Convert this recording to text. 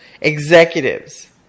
executives